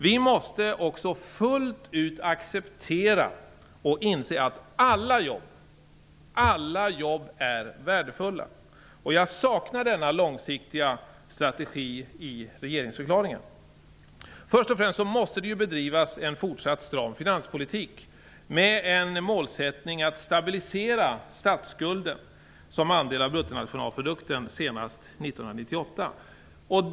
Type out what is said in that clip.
Vi måste också fullt ut acceptera och inse att alla jobb är värdefulla. Jag saknar denna långsiktiga strategi i regeringsförklaringen. Först och främst måste det bedrivas en fortsatt stram finanspolitik med en målsättning att stabilisera statsskulden som andel av bruttonationalprodukten senast 1998.